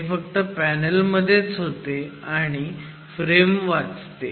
ते फक्त पॅनल मध्येच होते आणि आणि फ्रेम वाचते